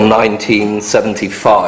1975